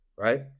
Right